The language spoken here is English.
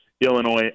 Illinois